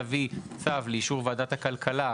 להביא צו לאישור ועדת הכלכלה,